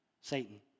Satan